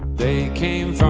they came